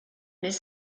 les